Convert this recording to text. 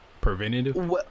preventative